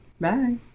Bye